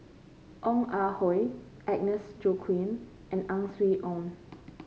Ong Ah Hoi Agnes Joaquim and Ang Swee Aun